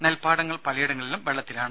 നെൽപാടങ്ങൾ പലയിടങ്ങളിലും വെള്ളത്തിലാണ്